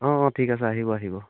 অঁ অঁ ঠিক আছে আহিব আহিব